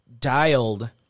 dialed